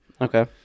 Okay